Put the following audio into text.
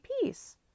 piece